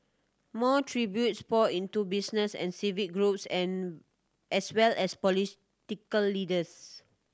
more tributes poured into business and civic groups and as well as political leaders